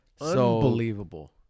Unbelievable